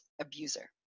abuser